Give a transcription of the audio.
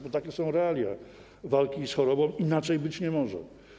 Bo takie są realia walki z chorobą, inaczej być nie może.